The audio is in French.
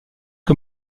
que